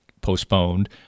postponed